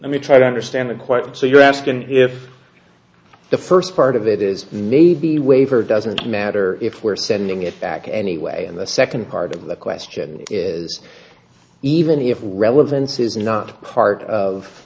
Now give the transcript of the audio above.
let me try to understand it quite so you're asking if the first part of it is maybe waiver doesn't matter if we're sending it back anyway in the second part of the question is even if we relevance is not part of